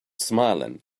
smiling